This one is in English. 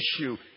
issue